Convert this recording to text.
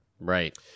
right